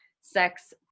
sex